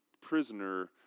prisoner